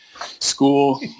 school